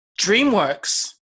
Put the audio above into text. DreamWorks